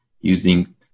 using